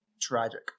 tragic